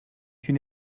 une